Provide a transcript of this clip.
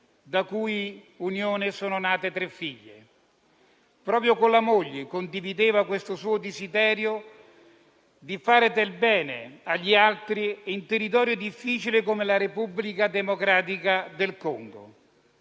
dalla cui unione sono nate tre figlie. Proprio con la moglie condivideva questo suo desiderio di fare del bene agli altri in territori difficili come la Repubblica Democratica del Congo,